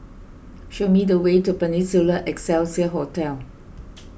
show me the way to Peninsula Excelsior Hotel